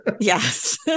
Yes